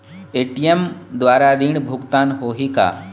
ATM द्वारा ऋण भुगतान होही का?